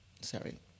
sorry